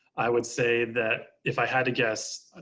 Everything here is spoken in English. i would say that if i had to guess, ah